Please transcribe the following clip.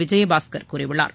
விஜயபாஸ்கர் கூறியுள்ளார்